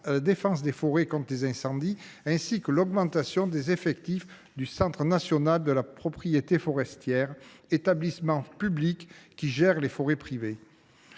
la défense des forêts contre les incendies et l’augmentation des effectifs du Centre national de la propriété forestière, établissement public qui gère les forêts privées.